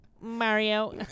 Mario